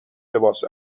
لباس